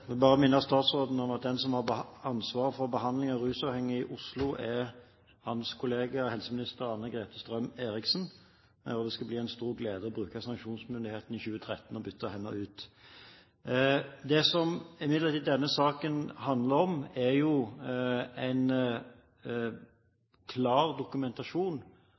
vil bare minne statsråden om at den som har ansvaret for behandling av rusavhengige i Oslo, er hans kollega helseminister Anne-Grete Strøm-Erichsen. Det skal bli en stor glede å bruke sanksjonsmuligheten i 2013 og bytte henne ut. Det som denne saken imidlertid handler om, er jo en klar dokumentasjon